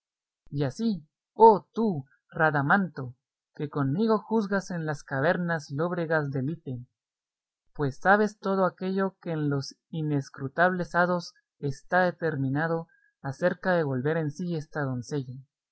y así oh tú radamanto que conmigo juzgas en las cavernas lóbregas de lite pues sabes todo aquello que en los inescrutables hados está determinado acerca de volver en sí esta doncella